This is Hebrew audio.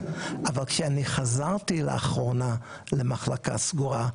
אבל כשאני חזרתי לאחרונה למחלקה סגורה,